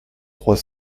trois